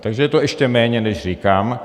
Takže je to ještě méně, než říkám.